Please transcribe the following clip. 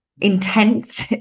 intense